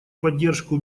поддержку